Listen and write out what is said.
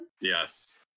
yes